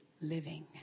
living